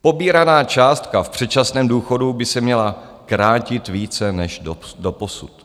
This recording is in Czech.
Pobíraná částka v předčasném důchodu by se měla krátit více než doposud.